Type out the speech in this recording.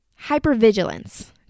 hypervigilance